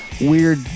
weird